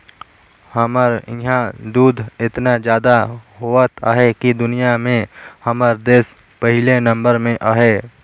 हमर इहां दूद एतना जादा होवत अहे कि दुनिया में हमर देस पहिले नंबर में अहे